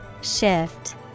Shift